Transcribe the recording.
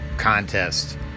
contest